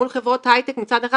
מול חברות הייטק מצד אחד,